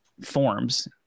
forms